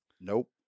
Nope